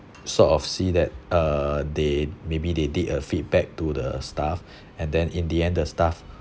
sort of see that uh they maybe they did a feedback to the staff and then in the end the staff